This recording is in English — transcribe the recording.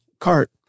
cart